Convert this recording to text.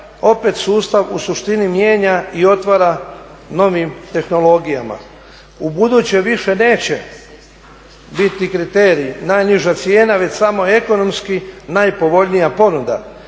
opet sustav u suštini mijenja i otvara novim tehnologijama. Ubuduće više neće biti kriterij najniža cijena, već samo ekonomski najpovoljnija ponuda.